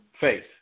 faith